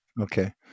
okay